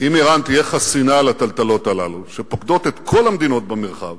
אם אירן תהיה חסינה לטלטלות הללו שפוקדות את כל המדינות במרחב,